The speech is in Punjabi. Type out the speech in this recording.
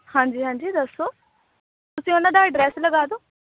ਹਾਂਜੀ ਹਾਂਜੀ ਦੱਸੋ ਤੁਸੀਂ ਉਹਨਾਂ ਦਾ ਐਡਰੈਸ ਲਗਾ ਦਿਓ